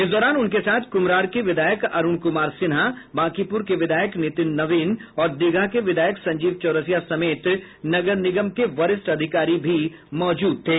इस दौरान उनके साथ कुम्हरार के विधायक अरूण कुमार सिन्हा बांकीपुर के विधायक नितिन नवीन और दीघा के विधायक संजीव चौरसिया समेत नगर निगम के वरिष्ठ अधिकारी भी मौजूद थे